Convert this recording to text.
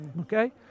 okay